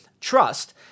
trust